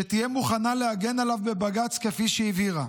שתהיה מוכנה להגן עליו בבג"ץ כפי שהבהירה.